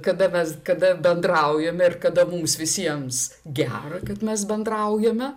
kada mes kada bendraujame ir kada mums visiems gerai kad mes bendraujame